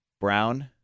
Brown